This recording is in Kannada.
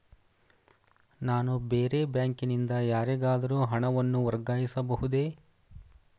ನಾನು ಬೇರೆ ಬ್ಯಾಂಕಿನಿಂದ ಯಾರಿಗಾದರೂ ಹಣವನ್ನು ವರ್ಗಾಯಿಸಬಹುದೇ?